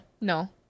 No